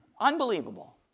Unbelievable